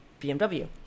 bmw